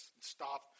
stop